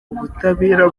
ubutabera